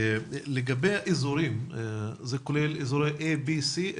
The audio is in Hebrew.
לגבי האזורים, זה כולל אזורי A, B, C?